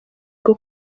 rwo